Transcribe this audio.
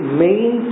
main